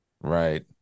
Right